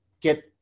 get